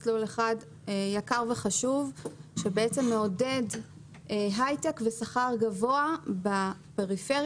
מסלול אחד יקר וחשוב שמעודד הייטק ושכר גבוה בפריפריה,